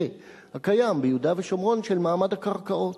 הקיים ביהודה ושומרון של מעמד הקרקעות,